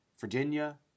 Virginia